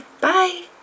Bye